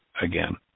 again